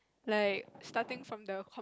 like starting from the com~